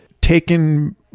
taken